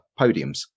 podiums